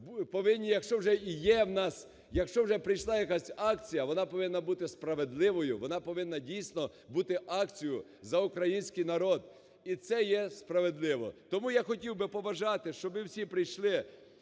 якщо вже і є в нас, якщо вже прийшла якась акція, вона повинна бути справедливою, вона повинна, дійсно, бути акцією за український народ. І це є справедливо. Тому я хотів би побажати, щоб всі прийшли